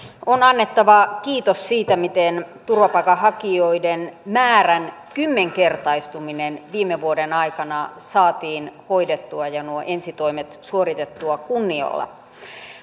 on annettava kiitos siitä miten turvapaikanhakijoiden määrän kymmenkertaistuminen viime vuoden aikana saatiin hoidettua ja nuo ensitoimet suoritettua kunnialla